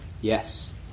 Yes